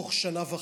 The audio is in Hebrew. בתוך שנה וחצי.